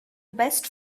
best